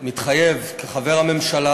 מתחייב כחבר הממשלה